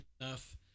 enough